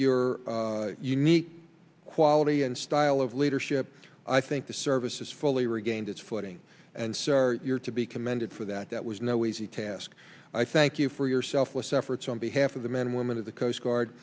your unique quality and style of leadership i think the service is fully regained its footing and so are your to be commended for that that was no easy task i thank you for your selfless efforts on behalf of the men and women of the coast